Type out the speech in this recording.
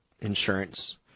insurance